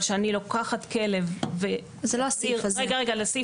אבל כשאני לוקחת כלב --- זה לא הסעיף הזה.